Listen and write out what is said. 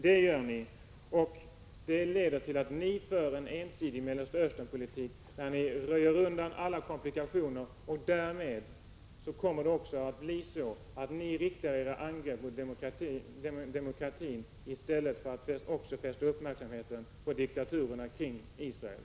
Det är vad vpk gör, och det leder till att ni för en ensidig Mellersta Östern-politik, där ni röjer undan alla komplikationer. Därmed riktar ni era angrepp mot demokratin i stället för att också fästa uppmärksamheten på diktaturerna kring Israel.